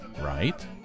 right